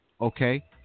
Okay